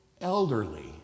elderly